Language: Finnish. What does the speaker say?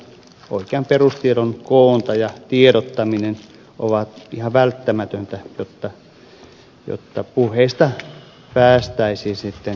oikean perustiedon koonti ja tiedottaminen ovat ihan välttämättömiä jotta puheista päästäisiin sitten käytäntöön